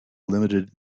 limited